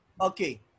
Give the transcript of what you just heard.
Okay